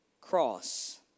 cross